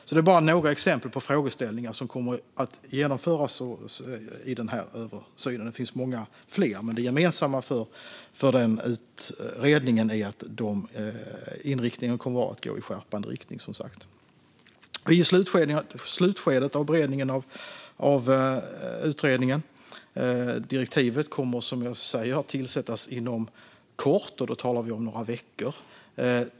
Detta var bara några exempel på frågeställningar som kommer att finnas med i översynen. Det finns många fler, men det gemensamma för utredningen är att den kommer att gå i skärpande riktning. Vi är i slutskedet av beredningen av utredningen. Direktivet kommer, som jag sa, att skrivas inom kort, och då talar vi om några veckor.